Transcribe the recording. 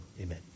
amen